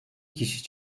kişi